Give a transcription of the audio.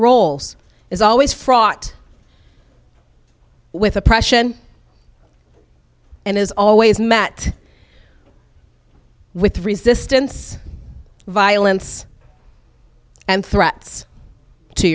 roles is always fraught with oppression and as always matt with resistance violence and threats to